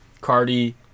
Cardi